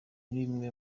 bimwe